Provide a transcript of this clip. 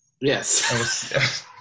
Yes